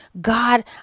God